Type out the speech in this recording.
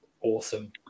awesome